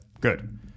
good